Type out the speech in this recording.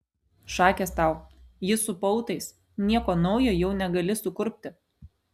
šakės tau ji su pautais nieko naujo jau negali sukurpti